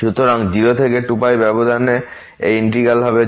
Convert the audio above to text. সুতরাং 0 থেকে 2π ব্যবধানে এই ইন্টিগ্র্যাল হবে 0